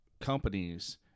companies